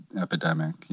epidemic